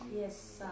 Yes